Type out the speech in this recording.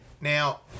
Now